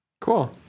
Cool